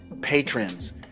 patrons